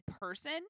person